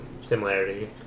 similarity